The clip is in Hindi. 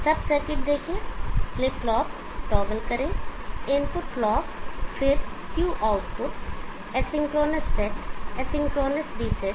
सब सर्किट देखें फ्लिप फ्लॉप टॉगल करें इनपुट क्लॉक फिर Q output asynchronous set asynchronous reset